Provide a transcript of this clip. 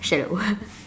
shallow